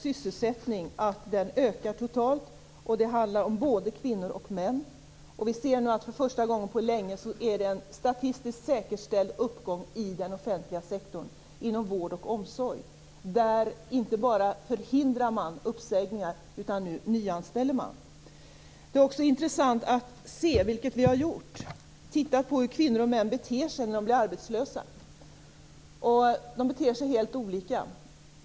Sysselsättningen ökar totalt, och det handlar om både män och kvinnor. För första gången på länge är det nu en statistiskt säkerställd uppgång i den offentliga sektorn, inom vård och omsorg. Man förhindrar inte bara uppsägningar, utan nu nyanställer man. Det är också intressant att se på hur kvinnor och män beter sig när de blir arbetslösa. De beter sig helt olika.